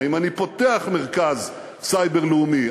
האם אני פותח מרכז סייבר לאומי?